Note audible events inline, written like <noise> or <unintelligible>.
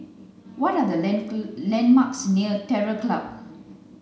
what are the <unintelligible> landmarks near Terror Club